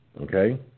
Okay